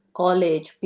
college